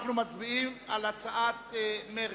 אנחנו מצביעים על הצעת מרצ.